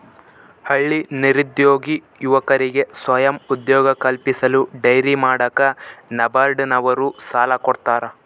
ಹಳ್ಳಿ ನಿರುದ್ಯೋಗಿ ಯುವಕರಿಗೆ ಸ್ವಯಂ ಉದ್ಯೋಗ ಕಲ್ಪಿಸಲು ಡೈರಿ ಮಾಡಾಕ ನಬಾರ್ಡ ನವರು ಸಾಲ ಕೊಡ್ತಾರ